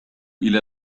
إلى